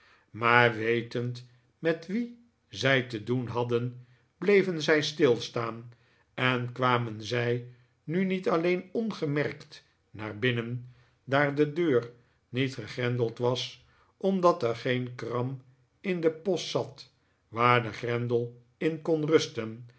maar wetend met wie zij te doen hadden bleven zij stilstaan en kwamen zij nu niet alleen ongemerkt naar binnen daar de deur niet gegrendeld was omdat er geen kram in den post zat waar de grendel in kon rusten